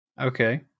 Okay